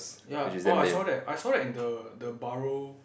ya orh I saw that I saw that in the the barrow